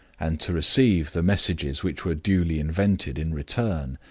and to receive the messages which were duly invented in return.